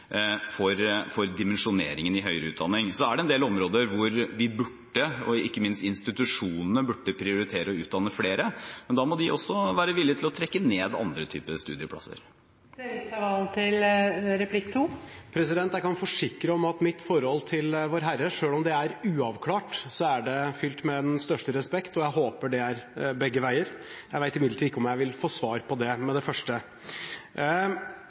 for dimensjoneringen i høyere utdanning. Det er også en del områder hvor vi – og ikke minst institusjonene – burde prioritere å utdanne flere. Men da må de også være villige til å trekke ned andre typer studieplasser. Jeg kan forsikre om at mitt forhold til Vårherre, selv om det er uavklart, er fylt med den største respekt, og jeg håper det går begge veier. Jeg vet imidlertid ikke om jeg vil få svar på det med det første!